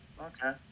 Okay